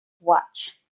watch